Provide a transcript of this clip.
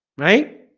right